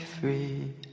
free